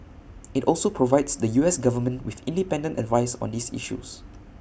IT also provides the U S Government with independent advice on these issues